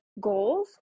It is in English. goals